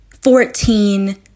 Fourteen